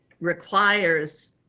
requires